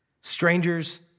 Strangers